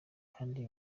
kandi